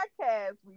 podcast